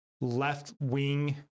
left-wing